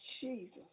Jesus